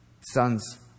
sons